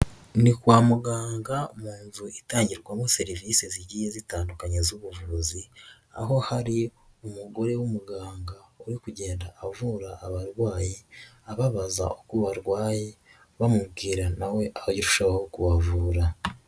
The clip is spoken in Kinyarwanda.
Ni kwa muganga mu nzu itangirwamo serivisi zigiye zitandukanye z'ubuvuzi, aho hari umugore w'umuganga uri kugenda avura abarwayi ababaza uko barwaye, bamubwira nawe aba arushaho kubavura.